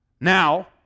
now